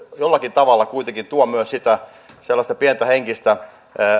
jollakin tavalla kuitenkin tuo myös sellaista pientä henkistä